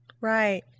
Right